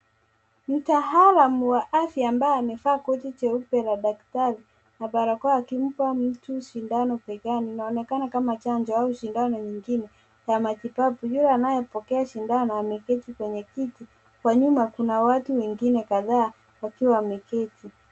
Mtaalamu wa afya ambaye amevaa koti jeupe la daktari na barakoa akimpa mtu sindano begani. Inaonekana kama chanjo au sindano nyingine ya matibabu . Huyo anayepokea sindano ameketi kwenye kiti. Kwa nyuma kuna watu wengine kadhaa wakiwa wameketi.